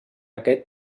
aquest